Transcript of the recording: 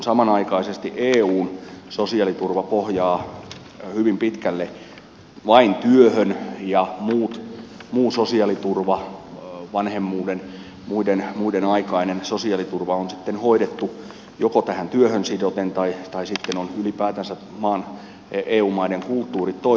samanaikaisesti eun sosiaaliturva pohjaa hyvin pitkälle vain työhön ja muu sosiaaliturva vanhemmuuden ja muun aikainen sosiaaliturva on sitten hoidettu joko tähän työhön sidoten tai sitten ovat ylipäätänsä eu maiden kulttuurit toisenlaiset